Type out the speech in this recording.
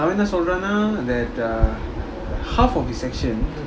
அவன்என்னசொல்றானா:avan enna solrana that uh half of his section